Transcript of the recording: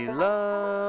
love